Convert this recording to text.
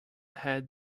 had